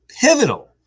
Pivotal